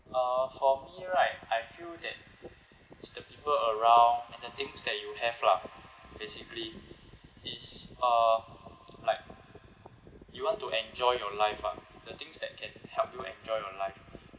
uh hobby right I feel that it's the people around and the things that you have lah basically it's uh like you want to enjoy your life lah the things that can help you enjoy your life